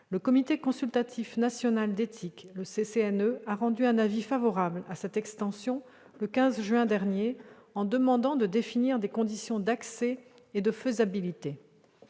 Le Comité consultatif national d'éthique, le CCNE, a rendu un avis favorable à cette extension, le 15 juin dernier, en demandant de définir des « conditions d'accès et de faisabilité